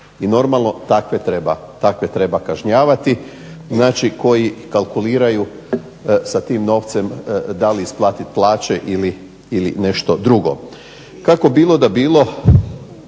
I normalno takve treba kažnjavati, znači koji kalkuliraju da li sa tim novcem da li isplatiti plaće ili nešto drugo. Kako bilo da bilo